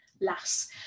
lass